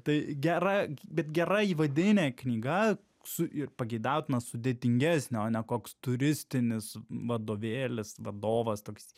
tai gera bet gera įvadinė knyga su ir pageidautina sudėtingesnė o ne koks turistinis vadovėlis vadovas toks